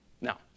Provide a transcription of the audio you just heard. Now